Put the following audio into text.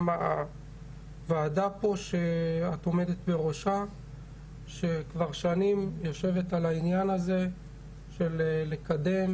גם הוועדה פה שאת עומדת בראשה שכבר שנים יושבת על הענין הזה של לקדם